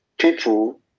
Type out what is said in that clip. People